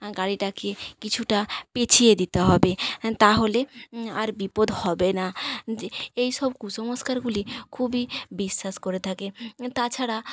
গাড়িটাকে কিছুটা পেছিয়ে দিতে হবে তাহলে আর বিপদ হবে না এই সব কুসংস্কারগুলি খুবই বিশ্বাস করে থাকে তাছাড়া